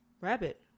Rabbit